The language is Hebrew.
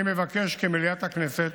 אני מבקש כי מליאת הכנסת